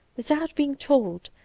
without being told,